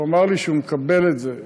הוא אמר לי שהוא מקבל את זה,